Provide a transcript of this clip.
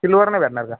silver नाही भेटणार का